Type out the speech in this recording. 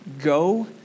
go